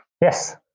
Yes